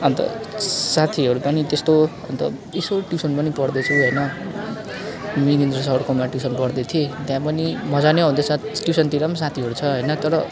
अन्त साथीहरू पनि त्यस्तो अन्त यसो ट्युसन पनि पढ्दैछु होइन मिगेन्द्र सरकोमा ट्युसन पढ्दै थिएँ त्यहाँ पनि मज्जा नै आउँदैछ ट्युसनतिर पनि साथीहरू छ होइन तर